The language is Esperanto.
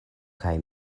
kaj